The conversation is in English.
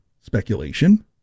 speculation